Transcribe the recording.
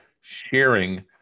sharing